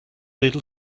little